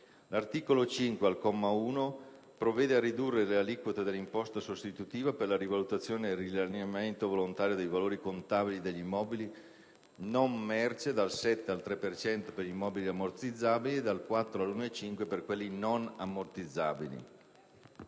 L'articolo 5, al comma 1, provvede a ridurre le aliquote dell'imposta sostitutiva per la rivalutazione ed il riallineamento volontario dei valori contabili degli immobili non merce dal 7 al 3 per cento per gli immobili ammortizzabili e dal 4 all'1,5 per cento per quelli non ammortizzabili.